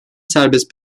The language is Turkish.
serbest